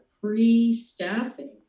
pre-staffing